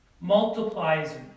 multiplies